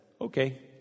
okay